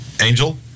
Angel